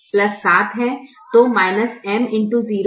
तो 7 x 1 7 है